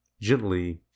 Gently